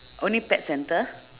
only pet center